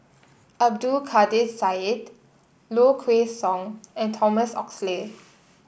Abdul Kadir Syed Low Kway Song and Thomas Oxley